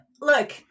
look